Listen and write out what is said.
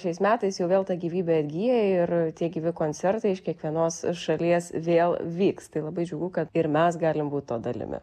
šiais metais jau vėl ta gyvybė atgyja ir tie gyvi koncertai iš kiekvienos šalies vėl vyks tai labai džiugu kad ir mes galim būt to dalimi